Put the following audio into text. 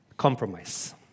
Compromise